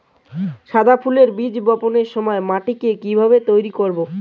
গাদা ফুলের বীজ বপনের সময় মাটিকে কিভাবে তৈরি করব?